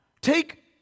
take